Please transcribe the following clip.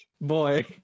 Boy